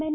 N